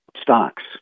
stocks